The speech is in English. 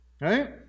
right